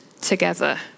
together